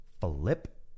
flip